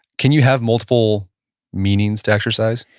can you have multiple meanings to exercise?